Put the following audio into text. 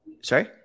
sorry